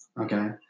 okay